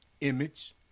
image